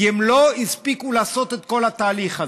כי הם לא הספיקו לעשות את כל התהליך הזה.